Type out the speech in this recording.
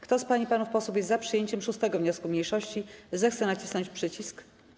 Kto z pań i panów posłów jest za przyjęciem 6. wniosku mniejszości, zechce nacisnąć przycisk.